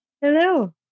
Hello